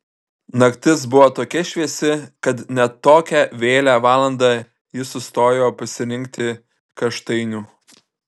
naktis buvo tokia šviesi kad net tokią vėlią valandą ji sustojo pasirinkti kaštainių